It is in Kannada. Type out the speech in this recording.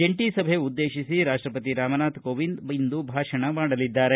ಜಂಟಿ ಸಭೆ ಉದ್ದೇಶಿಸಿ ರಾಷ್ಟಪತಿ ರಾಮನಾಥ್ ಕೋವಿಂದ್ ಇಂದು ಭಾಷಣ ಮಾಡಲಿದ್ದಾರೆ